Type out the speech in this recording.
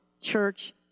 church